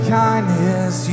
kindness